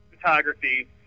photography